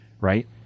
right